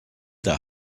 der